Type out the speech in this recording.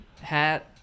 hat